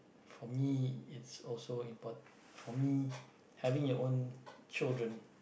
for me is also impor~ for me having your own children